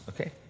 Okay